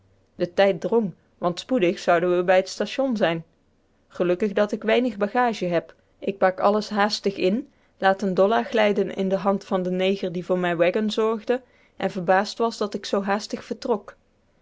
de tijd drong want spoedig zonden we bij het station zijn gelukkig dat ik weinig bagage heb ik pak alles haastig in laat een dollar glijden in de hand van den neger die voor mijn waggon zorgde en verbaasd was dat ik zoo haastig vertrok